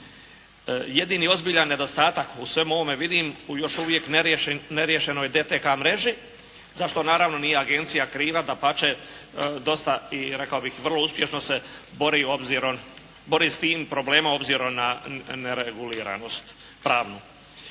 Jedini ozbiljan nedostatak u svemu ovome vidim u još uvijek neriješenoj DTK mreži za što naravno nije agencija kriva, dapače dosta i rekao bih vrlo uspješno se bori obzirom, bori s tim problemom obzirom na nereguliranost pravnu.